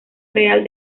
real